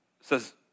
says